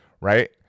right